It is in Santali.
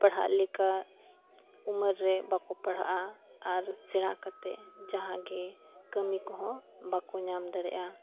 ᱯᱟᱲᱦᱟᱜ ᱞᱮᱠᱟ ᱩᱢᱮᱨ ᱨᱮ ᱵᱟᱠᱚ ᱯᱟᱲᱦᱟᱜᱼᱟ ᱟᱨ ᱥᱮᱬᱟ ᱠᱟᱛᱮᱜ ᱡᱟᱦᱟᱸᱜᱮ ᱠᱟᱹᱢᱤ ᱠᱚᱦᱚᱸ ᱵᱟᱠᱚ ᱧᱟᱢ ᱫᱟᱲᱮᱭᱟᱜᱼᱟ